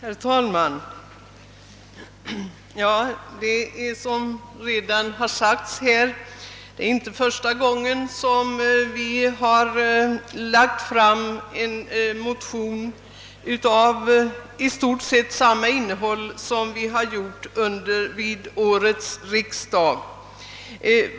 Herr talman! Det är, som här redan har sagts, inte första gången vi har lagt fram en motion med i stort sett samma innehåll som den vid årets riksdag.